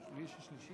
כבוד השרה,